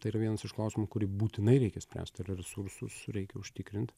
tai yra vienas iš klausimų kurį būtinai reikia spręst ir resursus reikia užtikrint